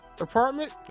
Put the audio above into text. apartment